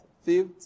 fifth